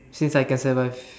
since I can survive